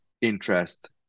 interest